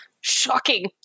Shocking